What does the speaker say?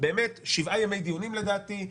שבעה ימי דיונים לדעתי,